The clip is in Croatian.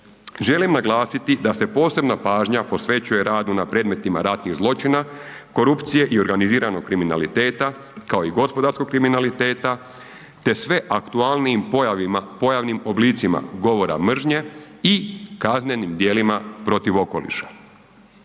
Želim naglasiti da se posebna pažnja posvećuje radu na predmetima ratnih zločina, korupcije i organiziranog kriminaliteta kao i gospodarskog kriminaliteta te sve aktualnijim pojavnim oblicima govora mržnje i kaznenim djelima protiv okoliša.